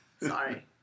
Sorry